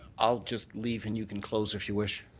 i'll just leave and you can close if you wish.